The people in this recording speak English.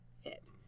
hit